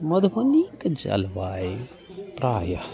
मधुबनीके जलवायु प्रायः